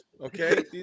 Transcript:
okay